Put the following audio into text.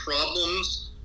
problems